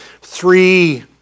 three